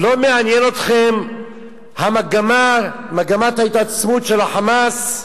לא מעניינת אתכם המגמה, מגמת ההתעצמות של ה"חמאס"